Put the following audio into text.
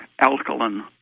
alkaline